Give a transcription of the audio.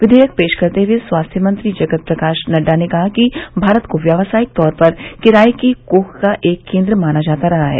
विवेयक पेश करते हुए स्वास्थ्य मंत्री जगत प्रकाश नड्डा ने कहा कि भारत को व्यावसायिक तौर पर किराए की कोख का एक केंद्र माना जाता रहा है